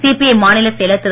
CBI மாநிலச் செயலர் திரு